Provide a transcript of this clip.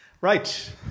Right